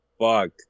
Fuck